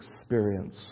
experience